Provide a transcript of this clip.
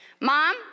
Mom